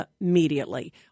immediately